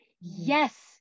yes